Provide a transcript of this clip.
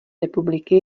republiky